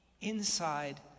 inside